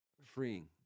freeing